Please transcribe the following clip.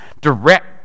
direct